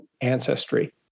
ancestry